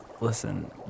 Listen